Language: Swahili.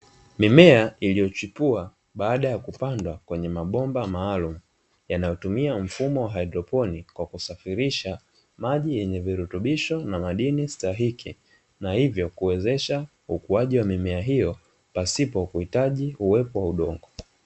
Mimea iliyochipua baada ya kupandwa kwenye mabomba maalumu yanayotumia mfumo wa haidroponiki, kwa kusafirisha maji yenye virutubisho na madini stahiki na hivyo kuwezesha ukuaji wa mimea hiyo pasipo kuhitaji uwepo wa udongo.